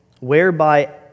whereby